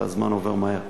הזמן עובר מהר,